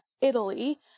Italy